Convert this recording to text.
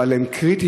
אבל הן קריטיות,